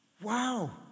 Wow